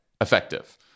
effective